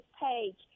page